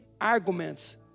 arguments